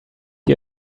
you